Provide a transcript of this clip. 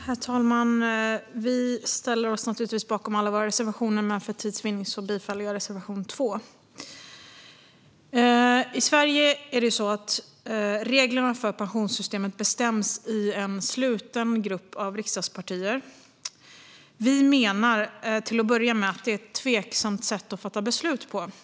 Herr talman! Vi i Vänsterpartiet ställer oss naturligtvis bakom alla våra reservationer, men för tids vinnande yrkar jag bifall endast till reservation 2. I Sverige bestäms reglerna för pensionssystemet i en sluten grupp av riksdagspartier. Vi menar att det är ett tveksamt sätt att fatta beslut på.